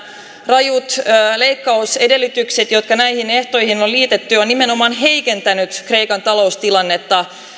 rajut leikkausedellytykset jotka näihin ehtoihin on on liitetty ovat nimenomaan heikentäneet kreikan taloustilannetta